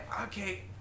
okay